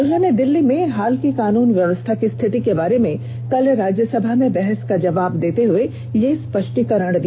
उन्होंने दिल्ली में हाल की कानून व्यवस्था की स्थिति के बारे में कल राज्यसभा में बहस का जवाब देते हए यह स्पष्टीकरण दिया